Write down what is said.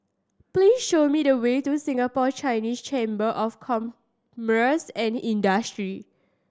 please show me the way to Singapore Chinese Chamber of Commerce and Industry